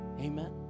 Amen